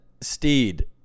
Steed